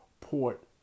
port